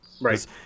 right